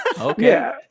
Okay